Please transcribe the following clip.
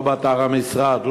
לא באתר המשרד,